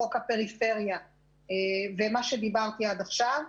חוק הפריפריה ומה שדיברתי עד עכשיו,